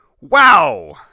Wow